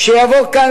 שיבוא לכאן,